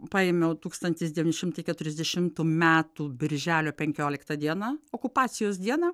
paėmiau tūkstantis devyni šimtai keturiasdešimtų metų birželio penkioliktą dieną okupacijos dieną